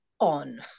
on